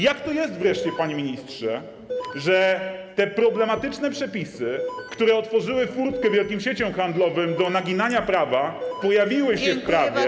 Jak to wreszcie jest, panie ministrze, że te problematyczne przepisy, które otworzyły furtkę wielkim sieciom handlowym do naginania prawa, pojawiły się w prawie?